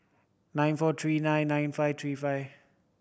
nine four three nine nine five three five